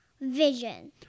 Vision